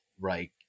right